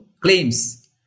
claims